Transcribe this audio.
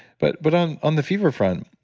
but but on on the fever front,